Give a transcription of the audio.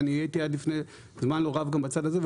ואני הייתי עד לפני זמן לא רב גם בצד הזה,